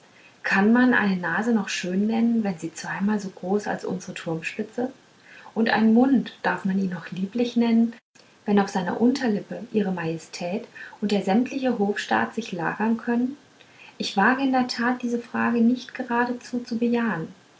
kann man eine nase noch schön nennen wenn sie zweimal so groß als unsre turmspitze und ein mund darf man ihn noch lieblich nennen wenn auf seiner unterlippe ihre majestät und der sämtliche hofstaat sich lagern können ich wage in der tat diese fragen nicht geradezu zu bejahen